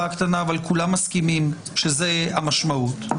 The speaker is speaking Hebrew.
הקטנה אבל כולם מסכימים שזאת המשמעות,